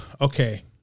Okay